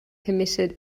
committed